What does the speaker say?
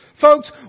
Folks